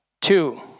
Two